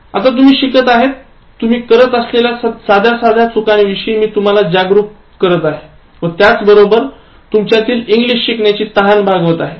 तुम्ही शिकत आहेत तुम्ही करत असलेल्या सध्या सध्या चुकांविषयी मी तुम्हाला जागरूक करत आहे व त्याच बरोबर तुमच्यातील इंग्लिश शिकण्याची तहान भागवत आहे